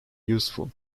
useful